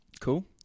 Cool